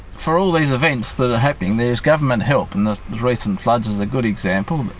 for all these events that are happening, there is government help. and the recent floods is a good example.